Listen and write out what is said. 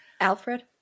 alfred